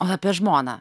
o apie žmoną